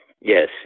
Yes